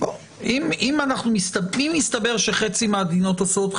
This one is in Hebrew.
אם יסתבר שחצי מהמדינות עושות,